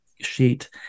sheet